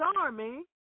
army